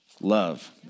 love